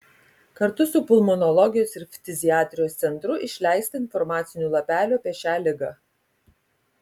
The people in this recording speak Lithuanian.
kartu su pulmonologijos ir ftiziatrijos centru išleista informacinių lapelių apie šią ligą